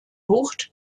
bucht